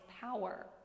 power